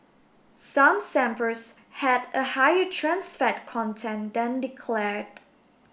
some samples had a higher trans fat content than declared